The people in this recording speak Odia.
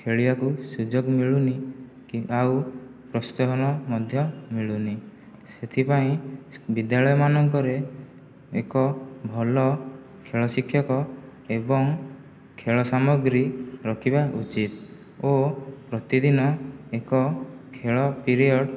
ଖେଳିବାକୁ ସୁଯୋଗ ମିଳୁନି କି ଆଉ ପ୍ରୋଶ୍ଚାହନ ମଧ୍ୟ ମିଳୁନି ସେଥିପାଇଁ ବିଦ୍ୟାଳୟ ମାନଙ୍କରେ ଏକ ଭଲ ଖେଳ ଶିକ୍ଷକ ଏବଂ ଖେଳ ସାମଗ୍ରୀ ରଖିବା ଉଚିତ ଓ ପ୍ରତିଦିନ ଏକ ଖେଳ ପିରିଅଡ଼